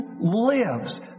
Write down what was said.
lives